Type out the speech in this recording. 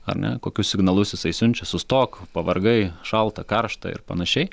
ar ne kokius signalus jisai siunčia sustok pavargai šalta karšta ir panašiai